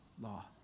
law